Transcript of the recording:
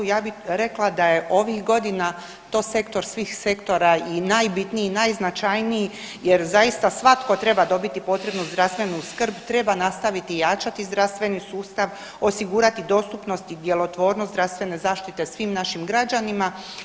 Ja bi rekla da je ovih godina to sektor svih sektora i najbitniji i najznačajniji jer zaista svatko treba dobiti potrebnu zdravstvenu skrb, treba nastaviti jačati zdravstveni sustav, osigurati dostupnost i djelotvornost zdravstvene zaštite svim našim građanima.